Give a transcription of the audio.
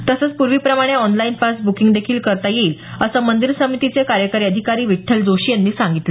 तसंच पूर्वी प्रमाणे ऑनलाइन पास ब्किंग देखील करता येईल असं मंदिर समितीचे कार्यकारी अधिकारी विठ्ठल जोशी यांनी सांगितलं